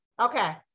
okay